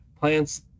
plants